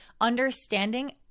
understanding